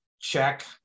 check